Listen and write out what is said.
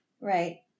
Right